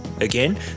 Again